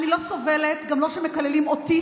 אני לא סובלת גם לא כשמקללים "אוטיסט",